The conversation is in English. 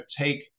take